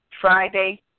Friday